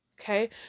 Okay